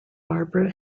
barbara